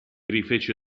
rifece